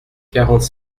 quarante